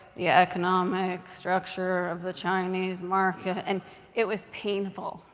the economic structure of the chinese market. and it was painful.